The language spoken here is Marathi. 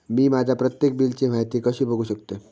मी माझ्या प्रत्येक बिलची माहिती कशी बघू शकतय?